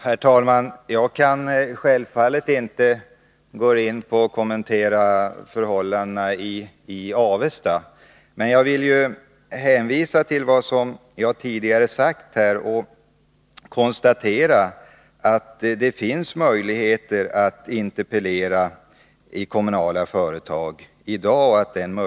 Herr talman! Jag kan självfallet inte kommentera förhållandena i Avesta. Men jag vill hänvisa till vad jag tidigare sagt och konstatera att det i dag finns möjligheter att interpellera i kommunala företag.